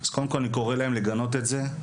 אז קודם כל אני קורא להם לגנות את זה,